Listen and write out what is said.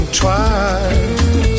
twice